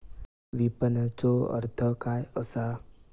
विपणनचो अर्थ काय असा?